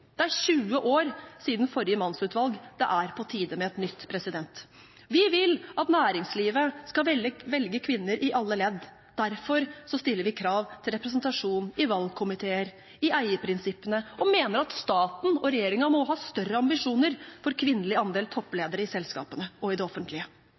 Det er 20 år siden forrige mannsutvalg – det er på tide med et nytt. Vi vil at næringslivet skal velge kvinner i alle ledd. Derfor stiller vi krav til representasjon i valgkomiteer, i eierprinsippene og mener at staten og regjeringen må ha større ambisjoner for kvinnelig andel